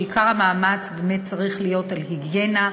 שעיקר המאמץ באמת צריך להיות בהיגיינה,